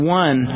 one